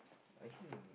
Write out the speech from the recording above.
I think